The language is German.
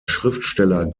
schriftsteller